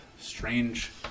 strange